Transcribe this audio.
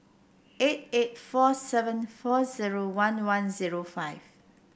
eight eight four seven four zero one one zero five